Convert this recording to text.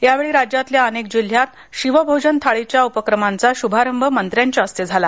यावेळी राज्यातल्या अनेक जिल्ह्यात शिवभोजन थाळीच्या उपक्रमांचा शुभारंभ मंत्र्यांच्या हस्ते झाला